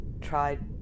tried